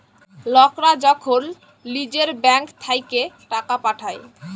লকরা যখল লিজের ব্যাংক থ্যাইকে টাকা পাঠায়